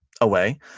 away